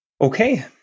Okay